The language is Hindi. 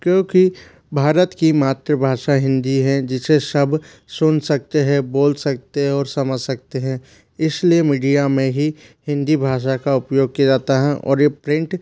क्योंकि भारत की मातृभाषा हिंदी है जिसे सब सुन सकते हैं बोल सकते और समझ सकते हैं इसलिए मीडिया में ही हिंदी भाषा का उपयोग किया जाता है और ये प्रिंट